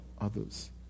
others